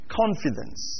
confidence